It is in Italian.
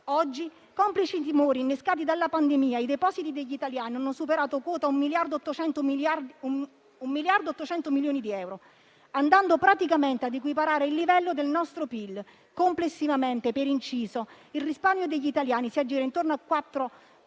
Oggi, complici i timori innescati dalla pandemia, i depositi degli italiani hanno superato quota un miliardo e 800 milioni di euro, andando praticamente a equiparare il livello del nostro PIL. Complessivamente, per inciso, il risparmio degli italiani si aggira intorno ai 4